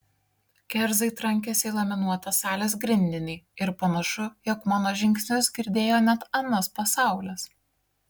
kerzai trankėsi į laminuotą salės grindinį ir panašu jog mano žingsnius girdėjo net anas pasaulis